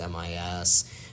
MIS